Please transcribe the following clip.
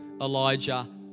Elijah